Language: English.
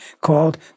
called